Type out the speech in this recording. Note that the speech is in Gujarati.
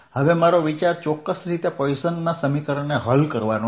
હવે મારો વિચાર ચોક્કસ રીતે પોઇસનના સમીકરણને હલ કરવાનો છે